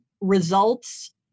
results